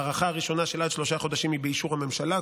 הארכה ראשונה של עד שלושה חודשים היא באישור הממשלה,